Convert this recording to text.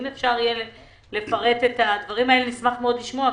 אם אפשר לפרט את הדברים האלה, נשמח מאוד לשמוע.